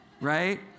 right